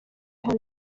hano